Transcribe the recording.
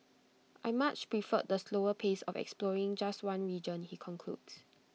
I much preferred the slower pace of exploring just one region he concludes